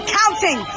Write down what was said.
counting